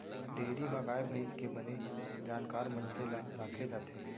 dairy म गाय भईंस के बने जानकार मनसे ल राखे जाथे